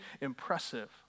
Impressive